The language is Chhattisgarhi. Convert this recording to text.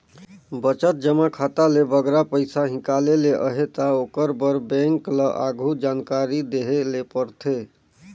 बचत जमा खाता ले बगरा पइसा हिंकाले ले अहे ता ओकर बर बेंक ल आघु जानकारी देहे ले परथे